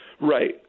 Right